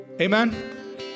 Amen